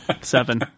seven